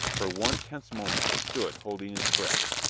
for one tense moment he stood holding his breath.